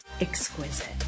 exquisite